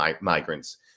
migrants